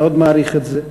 מאוד מעריך את זה,